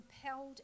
compelled